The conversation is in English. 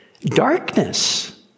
darkness